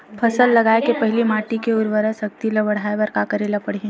फसल लगाय के पहिली माटी के उरवरा शक्ति ल बढ़ाय बर का करेला पढ़ही?